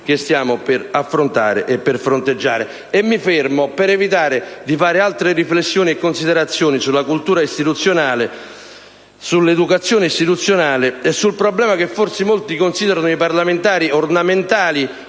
che stiamo per affrontare e fronteggiare. Mi fermo per evitare di fare altre riflessioni e considerazioni sulla cultura e sull'educazione istituzionale e sul problema che forse molti considerano i parlamentari ornamentali